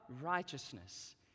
righteousness